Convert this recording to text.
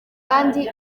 kandi